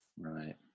Right